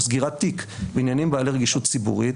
סגירת תיק בעניינים בעלי רגישות ציבורית,